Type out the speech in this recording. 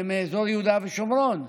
מאזור יהודה ושומרון.